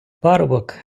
парубок